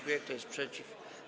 Kto jest przeciw?